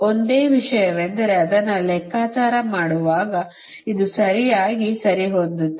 ಒಂದೇ ವಿಷಯವೆಂದರೆ ಅದನ್ನು ಲೆಕ್ಕಾಚಾರ ಮಾಡುವಾಗ ಇದು ಸರಿಯಾಗಿ ಸರಿಹೊಂದುತ್ತದೆ